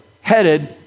headed